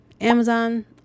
Amazon